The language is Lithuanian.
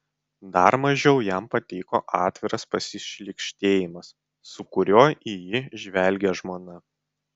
dar mažiau jam patiko atviras pasišlykštėjimas su kuriuo į jį žvelgė žmona